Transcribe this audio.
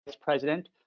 President